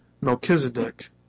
Melchizedek